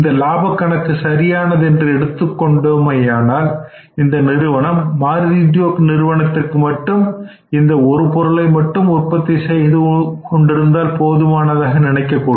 இந்த லாபக் கணக்கு சரியானது என்று எடுத்துக் கொண்டோமானால் இந்த நிறுவனம் மாருதி உத்யோக் நிறுவனத்திற்கு மட்டும் இந்த ஒரு பொருளை மட்டுமே உற்பத்தி செய்து கொண்டிருந்தால் போதுமானதாக நினைக்கக்கூடும்